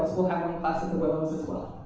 we'll have one class at the willows as well.